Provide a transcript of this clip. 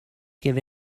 give